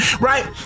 right